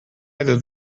either